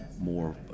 more